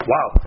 Wow